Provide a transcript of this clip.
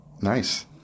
nice